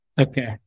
Okay